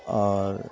اور